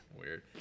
Weird